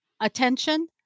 attention